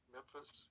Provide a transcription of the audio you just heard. Memphis